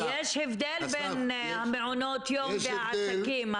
יש הבדל בין המעונות יום והעסקים.